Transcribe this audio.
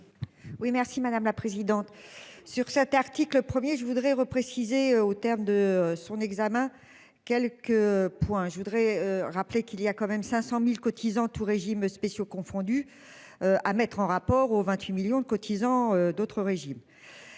Oui merci madame la présidente sur cet article premier je voudrais repréciser au terme de son examen quelques points. Je voudrais rappeler qu'il y a quand même 500.000 cotisants tous régimes spéciaux confondus. À mettre en rapport au 28 millions de cotisants d'autres régimes,